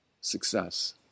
success